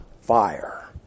fire